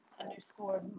underscore